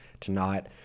tonight